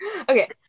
Okay